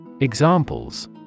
Examples